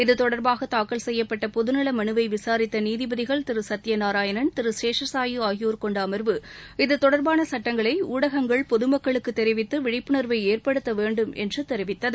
இத்தொடர்பாக தாக்கல் செய்யப்பட்ட பொது நல மனுவை விசாரித்த நீதிபதிகள் திரு சத்தியநாராயணன் திரு சேஷ சாயி ஆகியோர் கொண்ட அமர்வு இத்தொடர்பான சுட்டங்களை ஊடகங்கள் பொது மக்களுக்கு தெரிவித்து விழிப்புணர்வை ஏற்படுத்த வேண்டும் என்று தெரிவித்தது